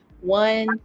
one